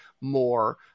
more